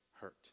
hurt